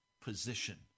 position